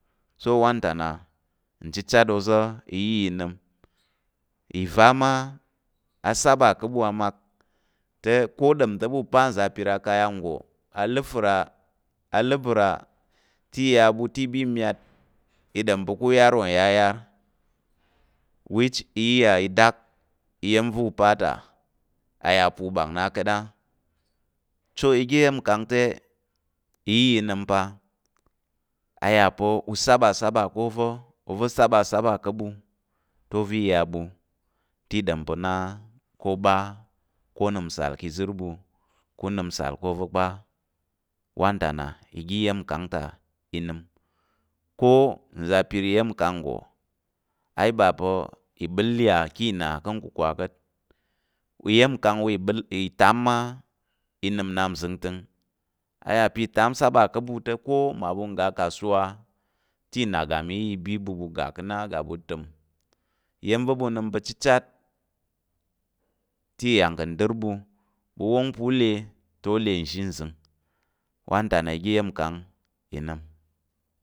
So wan ta na in chichat ova i iya i nəm ìva ma a saba ká̱ ɓu amak te ko ɗom te u pa nza̱ apir kaya nggo a ləfər a ləbər a te iya bu te bi myat i nəm pu uyar wu yar yar which i iya i dak iya̱m va u pata a yar pu mbak na ka̱t a so oga iya̱mkang te inya i nəm pa iya pa u sabasaba ko va u va saba saba ká̱ bu te ova i ya bu te i nəm pa o ɓa o nəm nsal ka̱ ìzər bu ku nəm nsal ka̱ va kpa wantana oga iya̱mkang i nəm ko nza̱ apir iya̱mkang nggo i ba pa̱ ìɓəl yà ká̱ ìna ká̱ kukwa ka̱t iya̱mkang wa ìtam ma i nəm nnap zəngtəng iya pa ìtam saba ka bu te ko ma bu ka ga kasuwa te inagam i nya i bi bu bu ga ka na i təm iya̱m va bu nəm pa̱ chichat te yang ka dər ɓu ɓu wan pa lə te lə n zhi nzəng wan ta na iya̱mkang i nəm